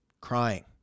crying